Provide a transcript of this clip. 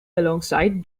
alongside